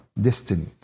destiny